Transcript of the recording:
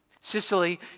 Sicily